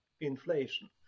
inflation